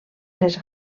les